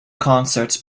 concerts